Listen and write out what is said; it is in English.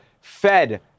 fed